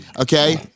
okay